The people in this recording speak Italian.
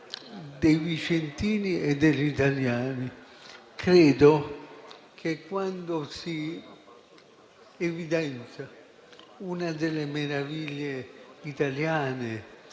dei vicentini e degli italiani. Credo che, quando si evidenzia una delle meraviglie italiane,